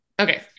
Okay